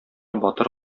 батыр